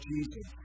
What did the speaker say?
Jesus